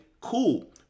cool